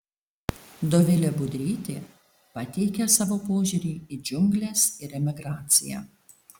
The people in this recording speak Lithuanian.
dovilė budrytė pateikia savo požiūrį į džiungles ir emigraciją